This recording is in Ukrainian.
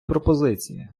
пропозиції